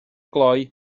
glou